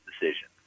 decision